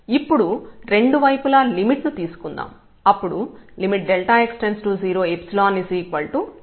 ఇప్పుడు రెండు వైపులా లిమిట్ ను తీసుకుందాం అప్పుడు x→0ϵ x→0f L అవుతుంది